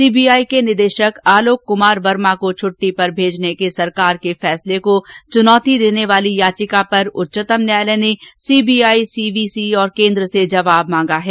CBI के निदेशक आलोक कुमार वर्मा को छुट्टी पर भेजने के सरकार के फैसले को चुनौती देने वाली याचिका पर उच्चतम न्यायालय ने सीबीआई सीवीसी और केन्द्र से जवाब मांगा है